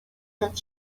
that